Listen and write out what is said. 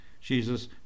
Jesus